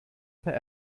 per